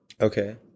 Okay